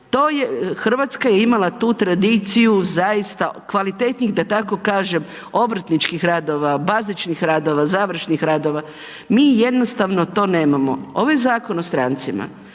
Hrvatska je imala tu tradiciju zaista kvalitetnih da tako kažem obrtničkih radova, bazičnih radova, završnih radova. Mi jednostavno to nemamo. Ovaj Zakon o strancima